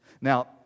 Now